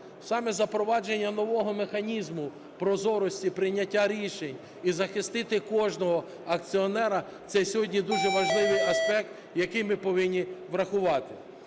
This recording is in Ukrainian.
Саме запровадження нового механізму прозорості прийняття рішень і захистити кожного акціонера - це сьогодні дуже важливий аспект, який ми повинні врахувати.